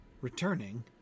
returning